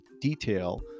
detail